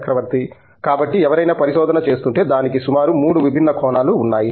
చక్రవర్తి కాబట్టి ఎవరైనా పరిశోధన చేస్తుంటే దానికి సుమారు 3 విభిన్న కోణాలు ఉన్నాయి